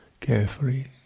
carefully